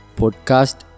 podcast